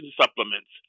supplements